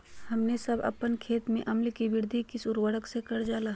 हमने सब अपन खेत में अम्ल कि वृद्धि किस उर्वरक से करलजाला?